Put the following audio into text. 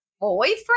Boyfriend